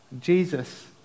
Jesus